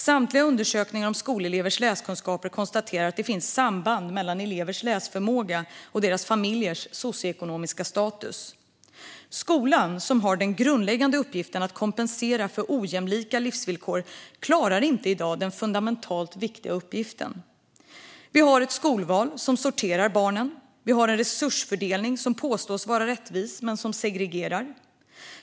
Samtliga undersökningar av skolelevers läskunskaper konstaterar att det finns samband mellan elevers läsförmåga och deras familjers socioekonomiska status. Skolan, som har den grundläggande uppgiften att kompensera för ojämlika livsvillkor, klarar inte i dag den fundamentalt viktiga uppgiften. Vi har ett skolval som sorterar barnen. Vi har en resursfördelning som påstås vara rättvis men som segregerar.